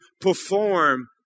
perform